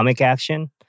action